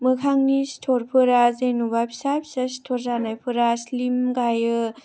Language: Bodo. मोखांनि सिथरफोरा जेन'बा फिसा फिसा सिथ'र जानायफोरा स्लिम गायो